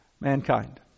mankind